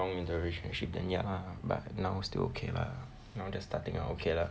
long in the relationship then ya lah but now still okay lah now just starting out okay lah